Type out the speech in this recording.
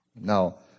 Now